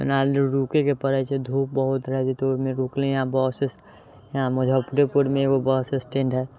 एना रुकयके पड़ैत छै धूप बहुत हइ जे धूपमे रुकली यहाँ बसेसे यहाँ मुजफ्फरेपुरमे एगो बस स्टैंड हइ